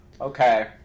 okay